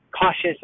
cautious